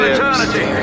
Eternity